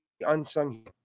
unsung